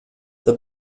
the